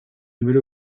nouvel